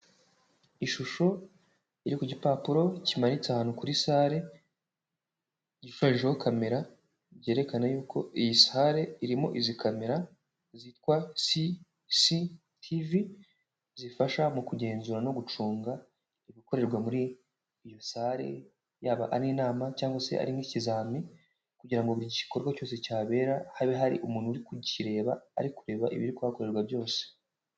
Ishusho iri ku gipapuro kimanitse ahantu kuri sare irurijeho, kamera byerekana yuko iyi sare irimo izi camera zitwa c c tv zifasha mu kugenzura no gucunga ibikorerwa muri iyo sare yaba ari inama cyangwag se ari nk'ikizami, kugira ngo buri gikorwa cyose kihabera habe hari umuntu uri kukireba ari kureba ibiri kwakorerwa byose.